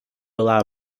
allow